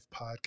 podcast